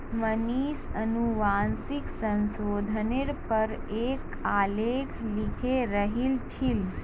मनीष अनुवांशिक संशोधनेर पर एक आलेख लिखे रहिल छील